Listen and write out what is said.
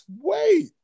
wait